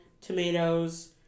tomatoes